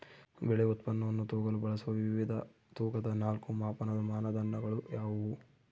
ಬೆಳೆ ಉತ್ಪನ್ನವನ್ನು ತೂಗಲು ಬಳಸುವ ವಿವಿಧ ತೂಕದ ನಾಲ್ಕು ಮಾಪನದ ಮಾನದಂಡಗಳು ಯಾವುವು?